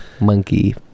monkey